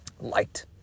light